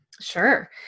Sure